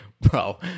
Bro